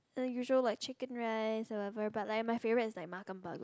the usual like Chicken Rice whatever but like my favorite is like makan bagus